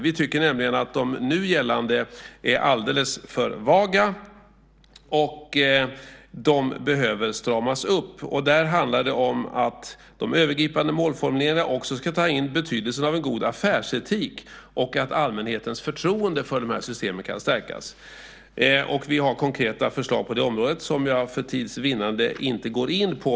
Vi tycker nämligen att de nu gällande är alldeles för vaga och att de behöver stramas upp. Där handlar det om att man i de övergripande målformuleringarna också ska ta in betydelsen av en god affärsetik och att allmänhetens förtroende för dessa system kan stärkas. Vi har konkreta förslag på detta område som jag för tids vinnande inte går in på.